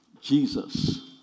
Jesus